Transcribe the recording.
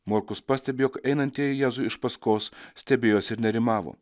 morkus pastebi jog einantieji jėzui iš paskos stebėjosi ir nerimavo